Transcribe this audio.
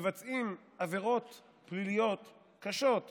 מבצעים עבירות פליליות קשות וחריפות,